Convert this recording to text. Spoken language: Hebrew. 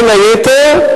בין היתר,